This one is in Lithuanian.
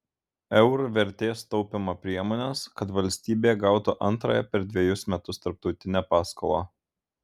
eur vertės taupymo priemones kad valstybė gautų antrąją per dvejus metus tarptautinę paskolą